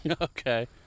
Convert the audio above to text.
okay